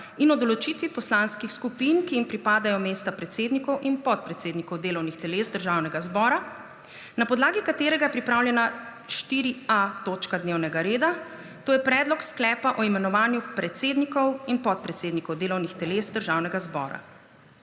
in o določitvi poslanskih skupin, ki jim pripadajo mesta predsednikov in podpredsednikov delovnih teles Državnega zbora, na podlagi katerega je pripravljena 4.a točka dnevnega reda, to je Predlog sklepa o imenovanju predsednikov in podpredsednikov delovnih teles Državnega zbora.